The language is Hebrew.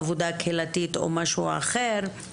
עבודה קהילתית או משהו אחר,